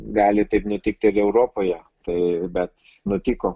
gali taip nutikti ir europoje taip bet nutiko